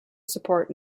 support